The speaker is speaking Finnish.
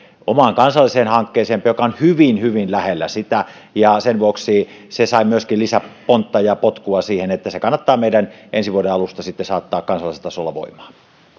omaan kansalliseen hankkeeseemme joka on hyvin hyvin lähellä sitä ja sen vuoksi se sai myöskin lisäpontta ja potkua siihen että meidän kannattaa se sitten ensi vuoden alusta saattaa kansallisella tasolla voimaan